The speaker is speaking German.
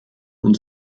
und